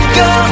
go